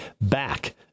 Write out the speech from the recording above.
back